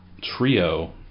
Trio